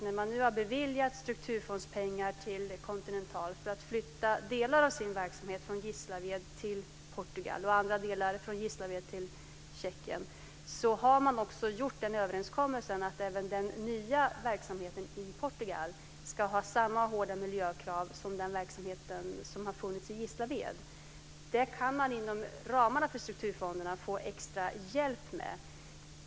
När man nu har beviljats strukturfondspengar för att Continental ska flytta delar av sin verksamhet från Gislaved till Portugal och andra delar från Gislaved till Tjeckien har man också gjort överenskommelsen att även den nya verksamheten i Portugal ska ha samma hårda miljökrav som den verksamhet som har funnits i Gislaved. Det kan man inom ramarna för strukturfonderna få extra hjälp med.